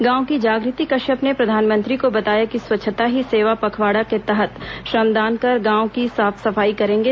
गांव की जागृति कश्यप ने प्रधानमंत्री को बताया कि स्वच्छता ही सेवा पखवाड़ा के तहत श्रमदान कर गांव की साफ सफाई करेंगे